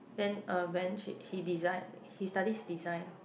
then uh when she he design he studies design